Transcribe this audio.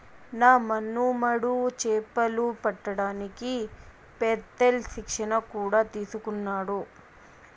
నా మనుమడు చేపలు పట్టడానికి పెత్తేల్ శిక్షణ కూడా తీసుకున్నాడు